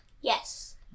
yes